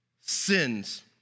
sins